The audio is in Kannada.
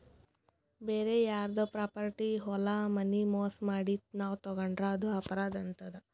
ಬ್ಯಾರೆ ಯಾರ್ದೋ ಪ್ರಾಪರ್ಟಿ ಹೊಲ ಮನಿ ಮೋಸ್ ಮಾಡಿ ನಾವ್ ತಗೋಂಡ್ರ್ ಅದು ಅಪರಾಧ್ ಆತದ್